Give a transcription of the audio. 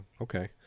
okay